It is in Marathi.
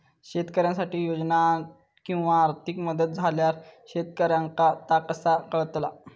शेतकऱ्यांसाठी योजना किंवा आर्थिक मदत इल्यास शेतकऱ्यांका ता कसा कळतला?